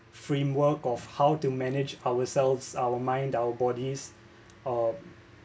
framework of how to manage ourselves our mind our bodies uh